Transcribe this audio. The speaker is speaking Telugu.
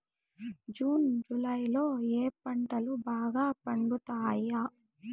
జూన్ జులై లో ఏ పంటలు బాగా పండుతాయా?